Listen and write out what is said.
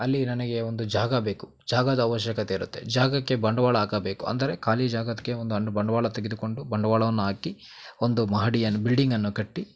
ಅಲ್ಲಿ ನನಗೆ ಒಂದು ಜಾಗ ಬೇಕು ಜಾಗದ ಅವಶ್ಯಕತೆ ಇರುತ್ತೆ ಜಾಗಕ್ಕೆ ಬಂಡವಾಳ ಹಾಕಬೇಕು ಅಂದರೆ ಖಾಲಿ ಜಾಗಕ್ಕೆ ಒಂದು ಅನ್ ಬಂಡವಾಳ ತೆಗೆದುಕೊಂಡು ಬಂಡವಾಳವನ್ನು ಹಾಕಿ ಒಂದು ಮಹಡಿಯನ್ನು ಬಿಲ್ಡಿಂಗನ್ನು ಕಟ್ಟಿ